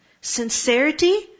Sincerity